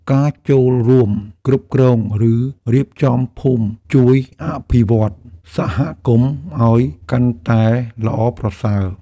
ការចូលរួមគ្រប់គ្រង ឬរៀបចំភូមិជួយអភិវឌ្ឍសហគមន៍ឲ្យកាន់តែល្អប្រសើរ។